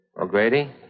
O'Grady